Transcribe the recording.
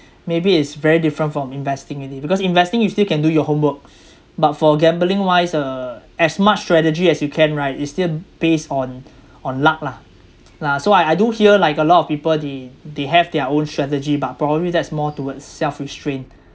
maybe it's very different from investing already because investing you still can do your homework but for gambling wise uh as much strategy as you can right it still based on on luck lah lah so I I do hear like a lot of people they they have their own strategy but probably that's more towards self restraint